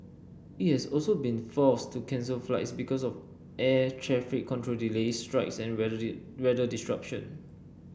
it has also been forced to cancel flights because of air traffic control delays strikes and weather disruption